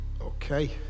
okay